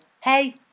Hey